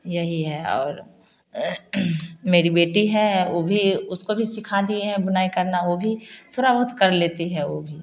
यही है और मेरी बेटी है वो भी उसको भी सिखा दिए हैं बुनाई करना वो भी थोड़ा बहुत कर लेती है वो भी